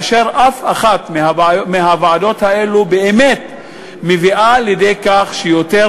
שאף אחת מהן לא באמת מביאה לידי כך שיותר